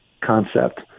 concept